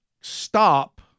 stop